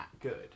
good